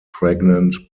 pregnant